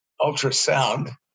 ultrasound